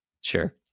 Sure